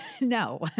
no